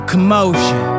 commotion